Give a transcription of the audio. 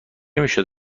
میشد